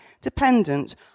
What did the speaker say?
dependent